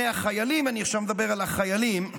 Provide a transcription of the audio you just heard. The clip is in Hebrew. "החיילים" אני עכשיו מדבר על "החיילים",